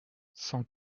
cent